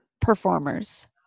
performers